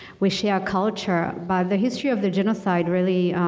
we share culture. but the history of the genocide really,